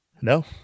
No